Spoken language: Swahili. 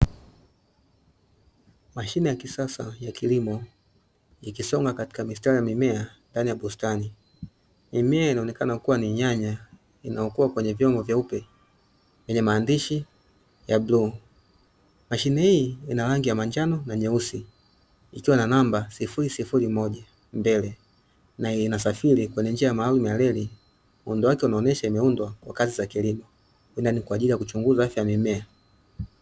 Mashine ya kisasa ya kilimo, ikisoma katika mistari ya mimea ndani ya bustani, mimea inaoneka kuwa ni nyanya inayokuwa kwenye vyombo vyeupe vyenye maandishi ya bluu, mashine hii ina rangi ya manjano na nyeusi, ikiwa na namba sifuri, sifuri, moja, mble, na inasafiri kwenye njia maalumu ya reli. Muundo wake unaonesha, imeundwa kwa kazi za kilimo, ila ni kwa ajili ya kuchunguza afya ya mimea.